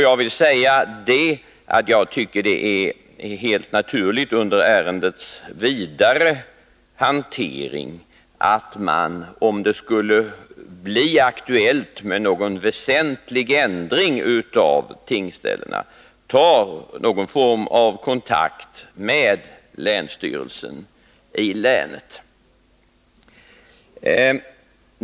Jag vill säga att jag tycker det är helt naturligt att man, om det skulle bli aktuellt med någon väsentlig ändring av tingsställena, under ärendets vidare hantering tar någon form av kontakt med länsstyrelsen i resp. län.